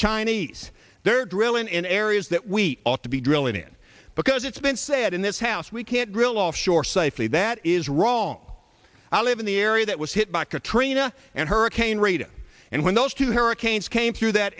chinese they're drilling in areas that we ought to be drilling in because it's been said in this house we can't drill offshore safely that is wrong i live in the area that was hit by katrina and hurricane rita and when those two hurricanes came through that